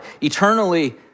eternally